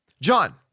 John